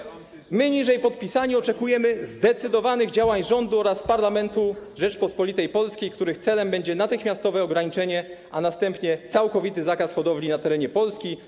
I ostatnie: My niżej podpisani oczekujemy zdecydowanych działań rządu oraz parlamentu Rzeczypospolitej Polskiej, których celem będzie natychmiastowe ograniczenie, a następnie całkowity zakaz hodowli na terenie Polski.